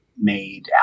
made